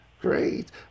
Great